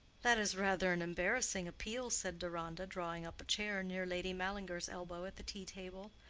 that is rather an embarrassing appeal, said deronda, drawing up a chair near lady mallinger's elbow at the tea-table.